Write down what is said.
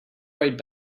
right